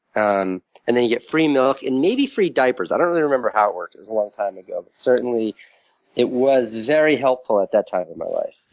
and and then you get free milk and maybe free diapers. i don't really remember how it worked. it was a long time ago. but certainly it was very helpful at that time in my life.